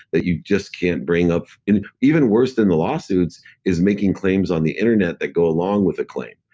that you just can't bring up. even worse than the lawsuits is making claims on the internet that go along with the claim.